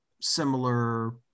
similar